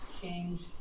change